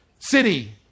city